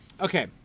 Okay